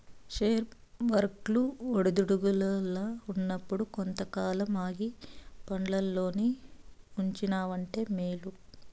share వర్కెట్లు ఒడిదుడుకుల్ల ఉన్నప్పుడు కొంతకాలం ఆగి పండ్లల్లోనే ఉంచినావంటే మేలు